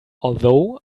although